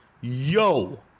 Yo